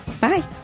bye